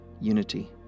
unity